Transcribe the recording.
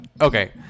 Okay